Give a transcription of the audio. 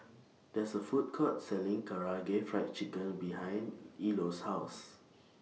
There IS A Food Court Selling Karaage Fried Chicken behind Ilo's House